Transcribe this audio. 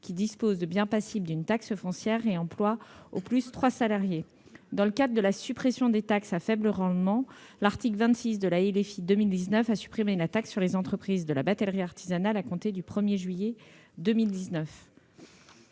qui disposent de biens passibles d'une taxe foncière et emploient trois salariés au plus. Dans le cadre de la suppression des taxes à faible rendement, l'article 26 de la loi de finances initiale pour 2019 avait supprimé la taxe sur les entreprises de la batellerie artisanale à compter du 1 juillet 2019.